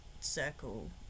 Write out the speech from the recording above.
circle